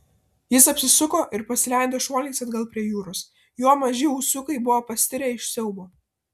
jis apsisuko ir pasileido šuoliais atgal prie jūros jo maži ūsiukai buvo pastirę iš siaubo